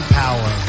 power